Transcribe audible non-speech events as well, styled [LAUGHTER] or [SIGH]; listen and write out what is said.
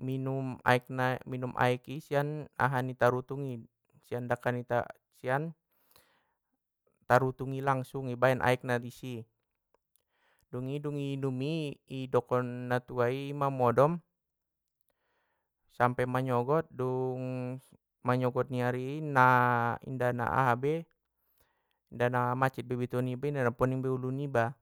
Minum aek na- minum aek i sian aha ni tarutung i, sian dakka ni tarutu- sian tarutung i langsung i baen aekna disi, dungi dung i inum i idokon na tua tua ma modom sampe manyogot dung manyogot ni ari i na [HESITATION] inda na aha be, inda na mancit be bitua niba inda na poning be ulu niba!